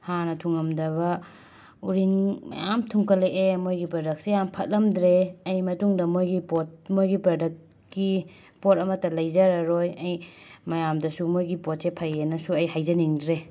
ꯍꯥꯟꯅ ꯊꯨꯉꯝꯗꯕ ꯎꯔꯤꯡ ꯃꯌꯥꯝ ꯑꯃ ꯊꯨꯡꯈꯠꯂꯑꯦ ꯃꯣꯏꯒꯤ ꯄ꯭ꯔꯗꯛꯁꯦ ꯃꯌꯥꯝ ꯐꯠꯂꯝꯗ꯭ꯔꯦ ꯑꯩ ꯃꯇꯨꯡꯗ ꯃꯣꯏꯒꯤ ꯄꯣꯠ ꯃꯣꯏꯒꯤ ꯄ꯭ꯔꯗꯛꯀꯤ ꯄꯣꯠ ꯑꯃꯠꯇ ꯂꯩꯖꯔꯔꯣꯏ ꯑꯩ ꯃꯌꯥꯝꯗꯁꯨ ꯃꯣꯏꯒꯤ ꯄꯣꯠꯁꯦ ꯐꯩꯌꯦꯅꯁꯨ ꯑꯩ ꯍꯥꯏꯖꯅꯤꯡꯗ꯭ꯔꯦ